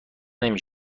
نمی